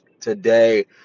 today